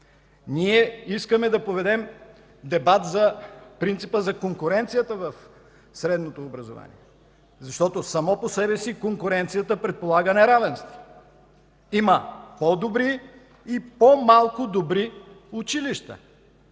Ние искаме да поведем дебат за принципа за конкуренцията в средното образование, защото сама по себе си конкуренцията предполага неравенство. Има по-добри и по-малко добри училища,